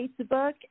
Facebook